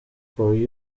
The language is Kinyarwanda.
for